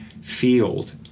field